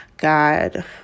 God